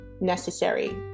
necessary